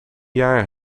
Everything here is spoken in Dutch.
jaar